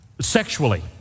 sexually